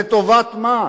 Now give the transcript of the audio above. לטובת מה?